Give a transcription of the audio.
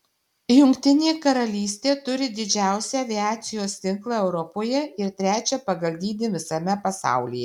jungtinė karalystė turi didžiausią aviacijos tinklą europoje ir trečią pagal dydį visame pasaulyje